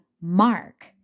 mark